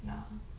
ya